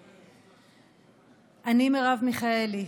אני, מרב מיכאלי,